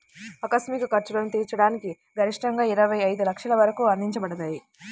ఆకస్మిక ఖర్చులను తీర్చడానికి గరిష్టంగాఇరవై ఐదు లక్షల వరకు అందించబడతాయి